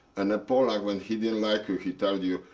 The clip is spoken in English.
and a pollock, when he didn't like you, he tell you,